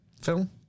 film